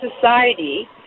society